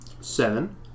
seven